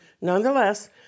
nonetheless